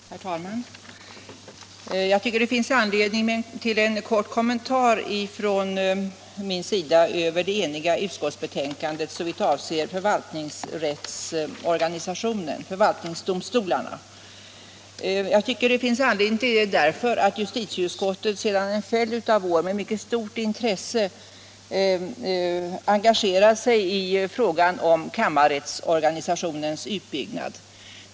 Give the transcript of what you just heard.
Herr talman! Jag tycker att det finns anledning till en kort kommentar från min sida över det eniga utskottsbetänkandet såvitt avser förvaltningsdomstolarna, och detta därför att justitieutskottet sedan en följd av år med mycket stort intresse engagerat sig i frågan om kammarrättsorganisationens utbyggnad.